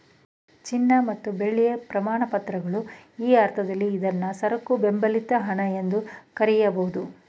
ಚಿನ್ನ ಮತ್ತು ಬೆಳ್ಳಿಯ ಪ್ರಮಾಣಪತ್ರಗಳು ಈ ಅರ್ಥದಲ್ಲಿ ಇದ್ನಾ ಸರಕು ಬೆಂಬಲಿತ ಹಣ ಎಂದು ಕರೆಯಬಹುದು